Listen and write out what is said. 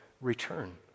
return